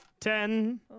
Ten